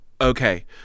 okay